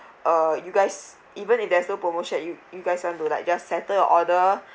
uh you guys even if there's no promotion you you guys want to like just settle your order